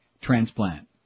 transplant